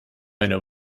eine